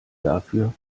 dafür